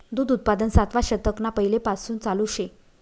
दूध उत्पादन सातवा शतकना पैलेपासून चालू शे